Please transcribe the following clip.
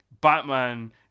Batman